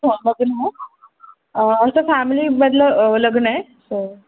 हो असं फॅमिलीमधलं लग्न आहे तर